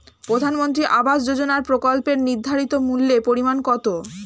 প্রধানমন্ত্রী আবাস যোজনার প্রকল্পের নির্ধারিত মূল্যে পরিমাণ কত?